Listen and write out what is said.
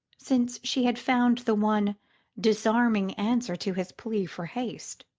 since she had found the one disarming answer to his plea for haste.